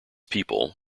people